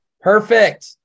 perfect